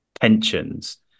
pensions